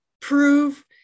prove